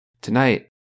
Tonight